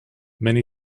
many